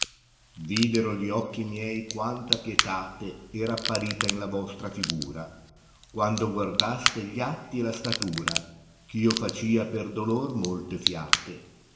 ìdero gli occhi miei quanta pietae era apparita in la vostra figura quando guardaste gli atti e la statura ch io facia per dolor molte fiate